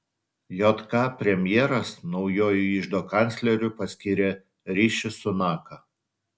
jk premjeras naujuoju iždo kancleriu paskyrė riši sunaką